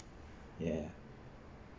ya